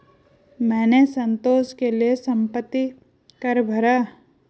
मैंने संतोष के लिए संपत्ति कर भरा